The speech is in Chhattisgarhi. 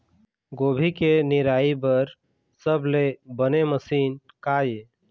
गोभी के निराई बर सबले बने मशीन का ये?